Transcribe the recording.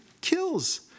kills